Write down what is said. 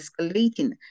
escalating